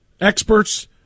Experts